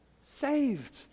saved